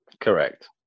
Correct